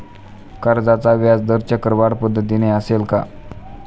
कर्जाचा व्याजदर चक्रवाढ पद्धतीने असेल का?